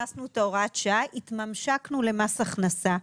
כשהכנסנו את הוראת השעה, התממשקנו למס הכנסה.